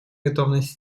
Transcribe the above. готовность